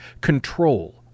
control